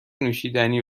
نوشیدنی